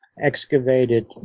excavated